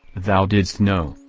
thou didst know,